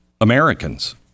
americans